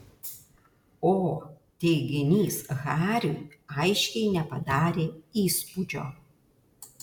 o teiginys hariui aiškiai nepadarė įspūdžio